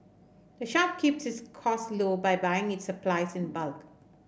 the shop keeps its costs low by buying its supplies in bulk